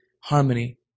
harmony